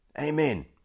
Amen